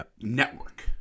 network